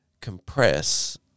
compress